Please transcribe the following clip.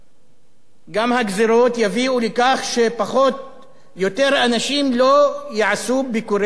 הגזירות גם יביאו לכך שיותר אנשים לא ילכו לביקורים אצל הרופאים.